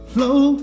Flow